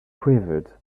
quivered